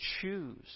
choose